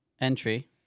entry